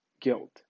Guilt